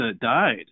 died